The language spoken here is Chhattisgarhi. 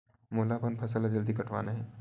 मोला अपन फसल ला जल्दी कटवाना हे?